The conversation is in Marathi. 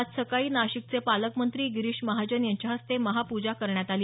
आज सकाळी नाशिकचे पालकमंत्री गिरीश महाजन यांच्या हस्ते महापूजा करण्यात आली